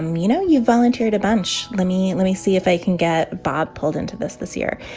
um you know, you volunteered a bunch. let me let me see if i can get bob pulled into this this year.